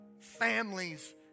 families